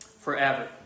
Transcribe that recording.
forever